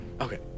Okay